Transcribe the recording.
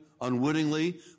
unwittingly